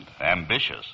ambitious